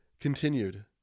continued